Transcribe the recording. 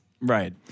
Right